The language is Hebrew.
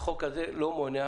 החוק הזה לא מונע